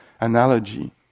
analogy